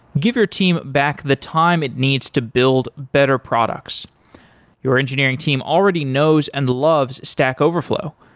give your team back the time it needs to build better products your engineering team already knows and loves stack overflow.